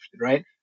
Right